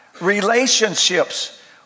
relationships